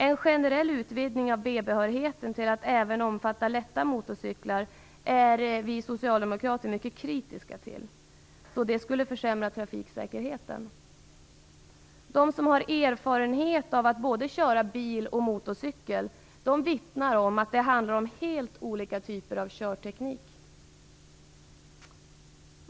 En generell utvidgning av B-behörigheten till att även omfatta lätta motorcyklar är vi socialdemokrater mycket kritiska till, då det skulle försämra trafiksäkerheten. De som har erfarenhet av att både köra bil och motorcykel vittnar om att det handlar om helt olika typer av körteknik.